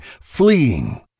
fleeing